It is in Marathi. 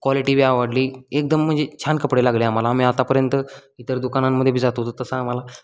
क्वालिटी बी आवडली एकदम म्हणजे छान कपडे लागले आम्हाला आम्ही आतापर्यंत इतर दुकानांमध्ये बी जात होतो तसं आम्हाला